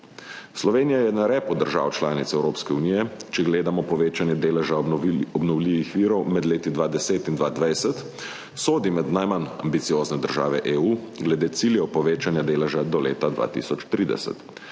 Slovenija je na repu držav članic Evropske unije, če gledamo povečanje deleža obnovljivih virov med leti 2010 in 2020. Sodi med najmanj ambiciozne države EU glede ciljev povečanja deleža do leta 2030.